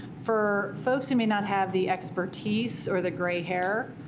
for folks who may not have the expertise or the gray hair,